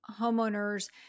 homeowners